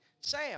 Sam